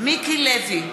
מיקי לוי,